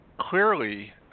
clearly